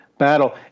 battle